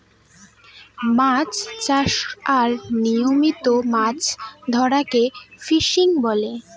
মাছ চাষ আর নিয়মিত মাছ ধরাকে ফিসিং বলে